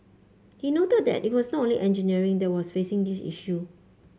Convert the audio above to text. he noted that it was not only engineering that was facing this issue